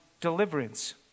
deliverance